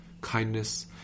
kindness